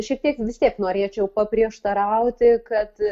šiek tiek vis tiek norėčiau paprieštarauti kad